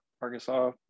Arkansas